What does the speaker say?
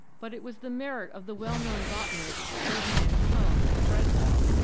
but it was the merit of the well-known botanist ferdinand colin, of breslau,